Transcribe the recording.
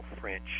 French